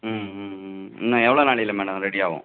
ம் ம் இன்னும் எவ்வளளோ நாளில் மேடம் ரெடி ஆவும்